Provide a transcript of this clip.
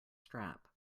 strap